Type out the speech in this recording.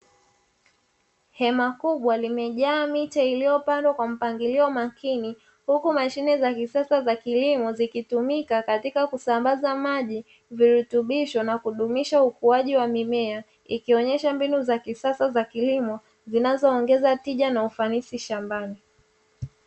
Hema kubwa limejaa mita iliyopandwa kwa mpangilio makini, huku mashine za kisasa za kilimo zikitumika katika kusambaza maji virutubisho na kudumisha ukuaji wa mimea, ikionyesha mbinu za kisasa za kilimo zinazoongeza tija na ufanisi shambani.